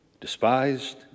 Despised